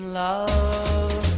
love